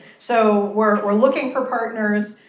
so we're we're looking for partners.